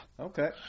Okay